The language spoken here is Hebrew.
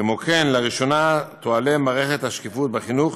כמו כן, לראשונה תועלה מערכת השקיפות בחינוך,